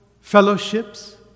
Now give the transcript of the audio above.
fellowships